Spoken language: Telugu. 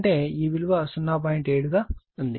7 గా ఉంది